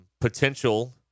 potential